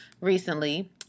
recently